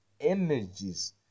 energies